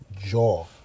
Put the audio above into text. jaw